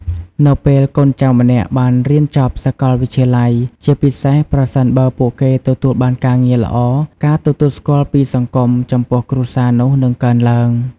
នៅពេលកូនចៅម្នាក់បានរៀនចប់សាកលវិទ្យាល័យ ជាពិសេសប្រសិនបើពួកគេទទួលបានការងារល្អ ការទទួលស្គាល់ពីសង្គមចំពោះគ្រួសារនោះនឹងកើនឡើង។